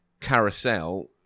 carousel